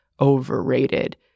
overrated